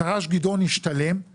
תר"ש גדעון הסתיים,